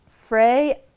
Frey